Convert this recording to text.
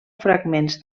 fragments